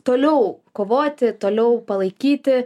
toliau kovoti toliau palaikyti